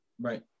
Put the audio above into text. Right